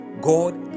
God